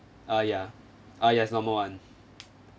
ah ya ah yes normal one